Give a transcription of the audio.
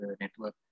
network